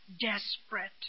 desperate